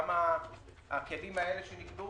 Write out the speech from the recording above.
שגם הכלים האלה שנקבעו,